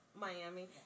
Miami